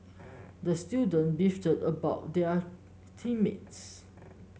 the student beefed about their team mates